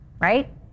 right